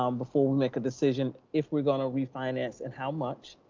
um before we make a decision. if we're gonna refinance and how much